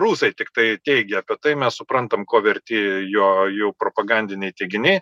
rusai tiktai teigė apie tai mes suprantam ko verti jo jų propagandiniai teiginiai